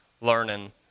learning